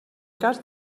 cas